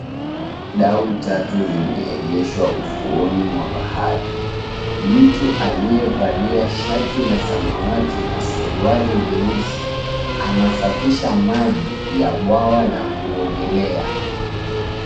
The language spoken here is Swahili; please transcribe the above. Dau tatu zimeegeshwa ufuoni mwa bahari. Mtu aliyevalia shati la samawati na suruali nyeusi anasafisha maji ya bwawa la kuogelea.